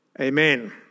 Amen